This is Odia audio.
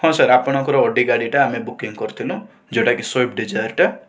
ହଁ ସାର୍ ଆପଣଙ୍କ ଓଡ଼ି ଗାଡ଼ିଟା ଆମେ ବୁକିଂ କରିଥିଲୁ ଯେଉଁଟା କି ସୁଇଫ୍ଟ ଡିଜାଏରଟା